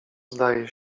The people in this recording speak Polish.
zdaje